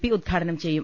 P ഉദ്ഘാടനം ചെയ്യും